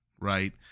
right